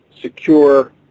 secure